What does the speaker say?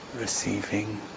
receiving